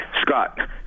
Scott